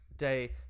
Day